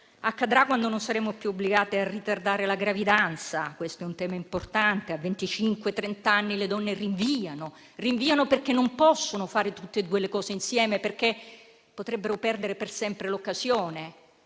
Accadrà quando non saremo più obbligate a ritardare la gravidanza e questo è un tema importante: a venticinque, trent'anni le donne rinviano perché non possono fare tutte e due le cose insieme, perché potrebbero perdere per sempre l'occasione.